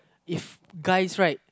if guys right